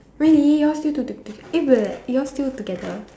really you all still to to to eh you all still together